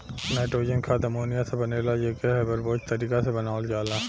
nitrogen खाद ammonia से बनेला जे के हैबर बोच तारिका से बनावल जाला